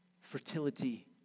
fertility